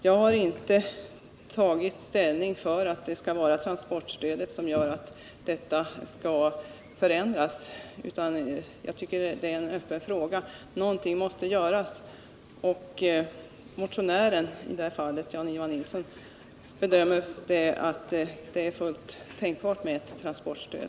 Jag har inte tagit ställning för att det skall vara med hjälp av transportstödet som detta skall förändras, utan jag tycker att det är en öppen fråga. Någonting måste göras, och Jan-Ivan Nilsson, som står som första namn under motionen, har gjort den bedömningen att det är fullt tänkbart med ett transportstöd.